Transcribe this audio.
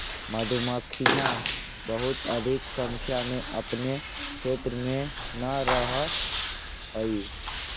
मधुमक्खियां बहुत अधिक संख्या में अपने क्षेत्र में न रहअ हई